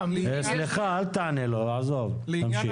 סליחה, אל תענה לו, תמשיך.